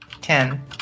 Ten